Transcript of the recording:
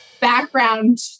background